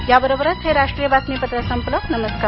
याबरोबरच हे राष्ट्रीय बातमीपत्र संपलं नमस्कार